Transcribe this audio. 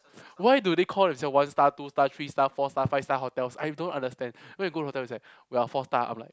why do they call themselves one star two star three star four star five star hotels I don't understand when you go to the hotel it's like we're four star I'm like